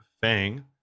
Fang